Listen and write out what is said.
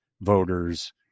voters